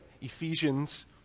Ephesians